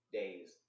days